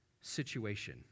situation